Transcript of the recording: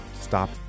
stop